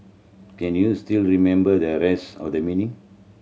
can you still remember the rest of the meaning